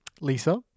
Lisa